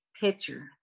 picture